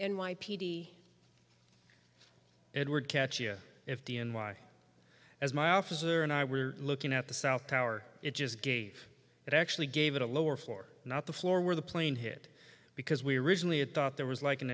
d edward catcha if the n y as my officer and i were looking at the south tower it just gave it actually gave it a lower floor not the floor where the plane hit because we originally had thought there was like an